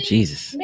Jesus